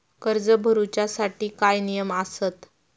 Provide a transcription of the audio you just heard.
कर्ज भरूच्या साठी काय नियम आसत?